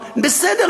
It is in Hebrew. בסדר,